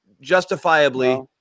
justifiably